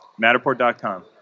Matterport.com